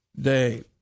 Day